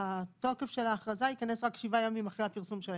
התוקף של האכרזה יכנס רק שבעה ימים אחרי הפרסום שלה.